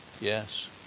Yes